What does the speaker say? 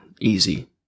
easy